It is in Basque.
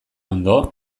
ondo